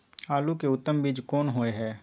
आलू के उत्तम बीज कोन होय है?